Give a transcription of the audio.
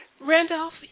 Randolph